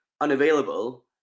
unavailable